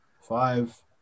five